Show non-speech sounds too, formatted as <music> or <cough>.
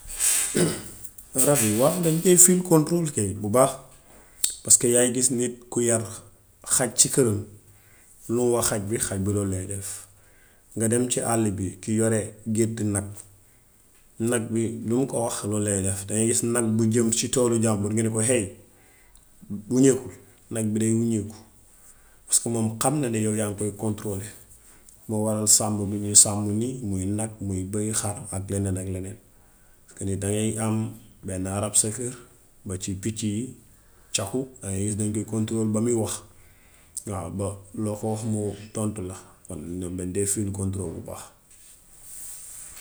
<noise> rabi yi waaw <noise> dañ koy feel control kay bu baax paska yaay gis nit ku yar xaj ci kërëm lum xaj bi, xaj bi lool lay def. Nga dem ci àll bi, ki yore gétti nag, nag bi lum ko wax lool lay def. Daŋay gis nag bu jëm ci toolu jàmbur nga ne héey <hesitation> wuñeekul. Nag bi day wuñeeku paska moom xam na yaw yaaŋ koy controler. Moo waral sàmm bi ñuy sàmm nii muy nag, bëy, xar ak leneen ak leneen. Nit daŋaay am benn rab sa kër ba ci picci yi, caxu. Daŋay gis dañu koy controler ba muy wax waaw ba loo ko wax mu tontu la. Ñoom dañ dee feel control bu baax.